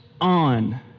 on